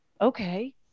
okay